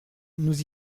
nous